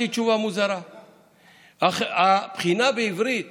הבחינה בעברית